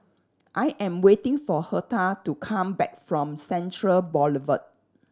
I am waiting for Hertha to come back from Central Boulevard